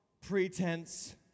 pretense